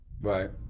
Right